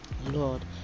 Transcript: Lord